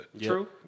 True